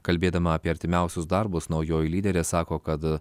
kalbėdama apie artimiausius darbus naujoji lyderė sako kad